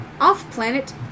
off-planet